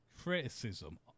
criticism